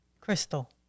Crystal